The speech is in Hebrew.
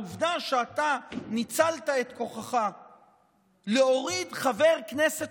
העובדה שאתה ניצלת את כוחך להוריד חבר כנסת